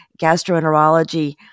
gastroenterology